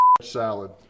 salad